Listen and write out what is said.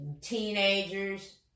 teenagers